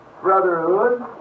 brotherhood